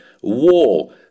war